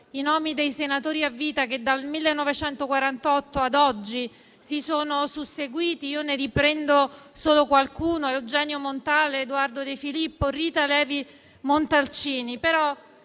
i nomi dei senatori a vita che dal 1948 ad oggi si sono susseguiti. Io ne riprendo solo qualcuno: Eugenio Montale, Eduardo De Filippo, Rita Levi Montalcini.